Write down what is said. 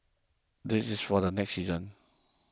this is for the next season